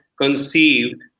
conceived